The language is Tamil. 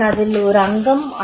தான் அதில் ஒரு அங்கம்